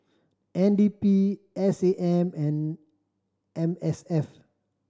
N D P S A M and M S F